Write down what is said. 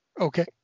Okay